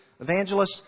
evangelists